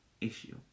issue